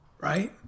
right